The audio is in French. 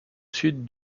sud